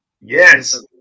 Yes